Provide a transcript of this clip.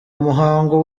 muhango